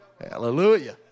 Hallelujah